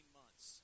months